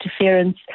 interference